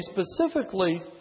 specifically